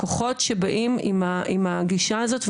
כוחות שבאים עם הגישה הזאת,